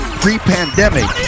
pre-pandemic